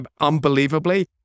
Unbelievably